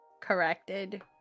corrected